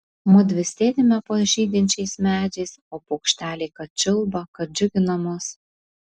mudvi sėdime po žydinčiais medžiais o paukšteliai kad čiulba kad džiugina mus